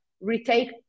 retake